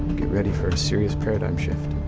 get ready for a serious paradigm shift.